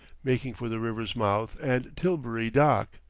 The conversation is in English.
making for the river's mouth and tilbury dock.